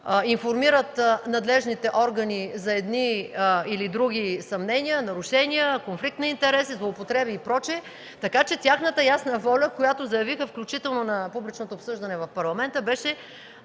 информират надлежните органи за едни или други съмнения, нарушения, конфликт на интереси, злоупотреби и прочие. Така че тяхната ясна воля, която заявиха, включително на публичното обсъждане в Парламента, беше